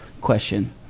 question